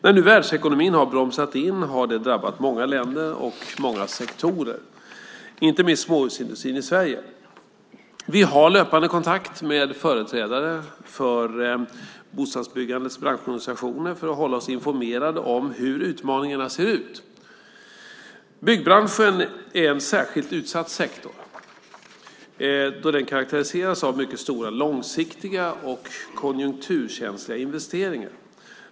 När nu världsekonomin har bromsat in har det drabbat många länder och många sektorer, inte minst småhusindustrin i Sverige. Vi har löpande kontakt med företrädare för bostadsbyggandets branschorganisationer för att hålla oss informerade om hur utmaningarna ser ut. Byggbranschen är en särskilt utsatt sektor då den karakteriseras av mycket stora långsiktiga och konjunkturkänsliga investeringar.